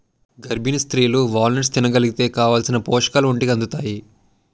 గర్భిణీ స్త్రీలు వాల్నట్స్ని తినగలిగితే కావాలిసిన పోషకాలు ఒంటికి అందుతాయి